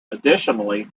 additionally